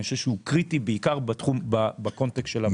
אני חושב שהוא קריטי בעיקר בקונטקסט של הוועדה.